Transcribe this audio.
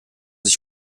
sich